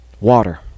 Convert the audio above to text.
water